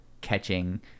catching